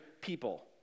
people